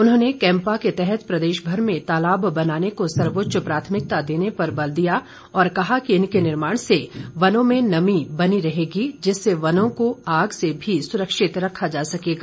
उन्होंने कैम्पा के तहत प्रदेश भर में तालाब बनाने को सर्वोच्च प्राथमिकता देने पर बल दिया और कहा कि इनके निर्माण से वनों में नमी बनी रहेगी जिससे वनों को आग से भी सुरक्षित रखा जा सकेगा